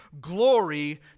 glory